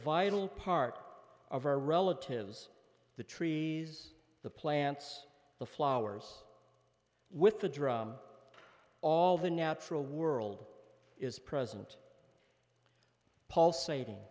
vital part of our relatives the trees the plants the flowers with the drum all the natural world is present puls